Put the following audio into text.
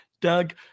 Doug